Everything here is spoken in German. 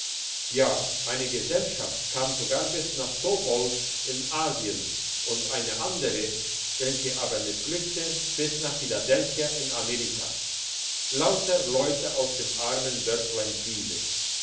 ja eine gesellschaft kam sogar bis nach tobolsk in asien und eine andere welche aber missglückte bis nach philadelphia in amerika lauter leute aus dem armen dörflein pieve